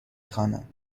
خوانم